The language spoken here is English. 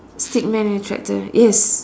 stickman and tractor yes